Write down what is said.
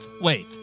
Wait